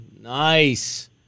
Nice